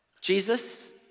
Jesus